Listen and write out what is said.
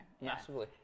Massively